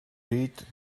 read